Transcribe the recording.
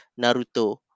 Naruto